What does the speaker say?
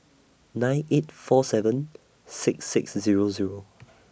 nine eight four seven six six Zero Zero